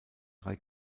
drei